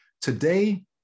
Today